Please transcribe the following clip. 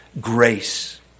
grace